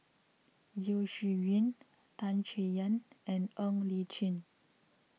Yeo Shih Yun Tan Chay Yan and Ng Li Chin